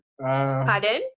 Pardon